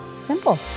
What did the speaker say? simple